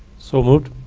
so moved.